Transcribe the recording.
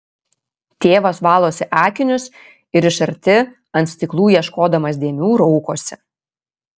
tėvas valosi akinius ir iš arti ant stiklų ieškodamas dėmių raukosi